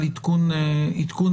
אגב,